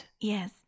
yes